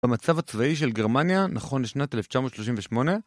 במצב הצבאי של גרמניה, נכון לשנת 1938